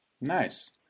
nice